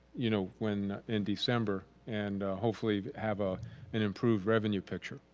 you know, when in december and hopefully have ah an improved revenue picture.